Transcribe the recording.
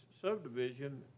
subdivision